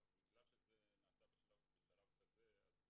בגלל שזה נעשה בשלב כזה אז